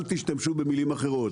אל תשתמשו במילים אחרות,